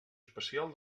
especial